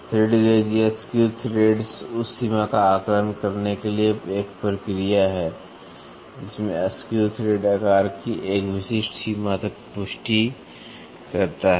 thread gauge या screw threads उस सीमा का आकलन करने के लिए एक प्रक्रिया है जिसमें स्क्रू थ्रेड आकार की एक विशिष्ट सीमा तक पुष्टि करता है